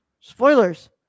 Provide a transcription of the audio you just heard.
Spoilers